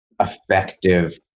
effective